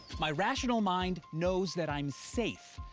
my rational mind knows that i'm safe,